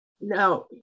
Now